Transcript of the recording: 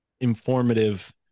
informative